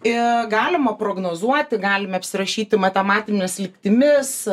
ir galima prognozuoti galime apsirašyti matematinėmis lygtimis